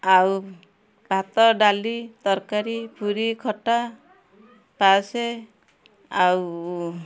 ଆଉ ଭାତ ଡ଼ାଲି ତରକାରୀ ପୁରି ଖଟା ପାୟସେ ଆଉ